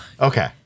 Okay